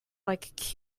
like